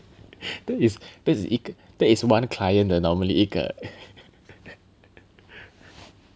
thing is that is 一个 that is one client the normally 一个